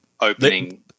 opening